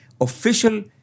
official